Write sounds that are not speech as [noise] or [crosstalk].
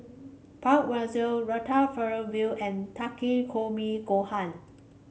[unintelligible] Ratatouille and Takikomi Gohan